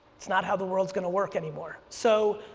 it's not how the world is going to work anymore. so,